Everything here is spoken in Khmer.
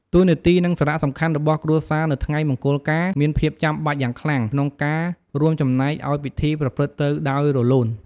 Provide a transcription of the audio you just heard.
តួនាទី និងសារៈសំខាន់របស់គ្រួសារនៅថ្ងៃមង្គលការ មានភាពចាំបាច់យ៉ាងខ្លាំងក្នុងការរួមចំណែកឲ្យពិធីប្រព្រឹត្តទៅដោយរលូន។